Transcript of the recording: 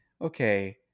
okay